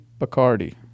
Bacardi